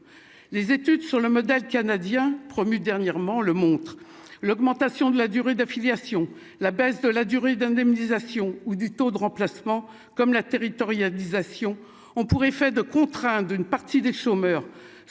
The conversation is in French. les études sur le modèle canadien promu dernièrement le montre l'augmentation de la durée d'affiliation, la baisse de la durée d'indemnisation ou du taux de remplacement comme la territorialisation, on pourrait faire deux contraint d'une partie des chômeurs